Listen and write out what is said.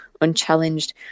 unchallenged